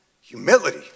humility